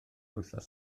wythnos